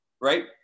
right